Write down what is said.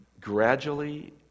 gradually